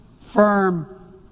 firm